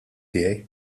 tiegħi